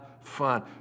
fun